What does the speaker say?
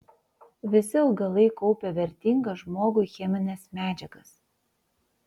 visi augalai kaupia vertingas žmogui chemines medžiagas